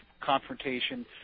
confrontation